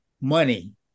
money